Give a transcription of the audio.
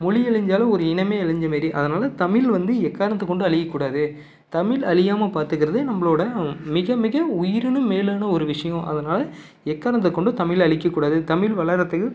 மொழி அழிஞ்சாலும் ஒரு இனமே அழிஞ்ச மாரி அதனால் தமிழ் வந்து எக்காரணத்த கொண்டும் அழியக்கூடாது தமிழ் அழியாமல் பார்த்துக்குறதே நம்மளோட மிக மிக உயிரினும் மேலான ஒரு விஷயம் அதனால் எக்காரணத்தை கொண்டும் தமிழ அழிக்கக்கூடாது தமிழ் வளர்கிறதுக்கு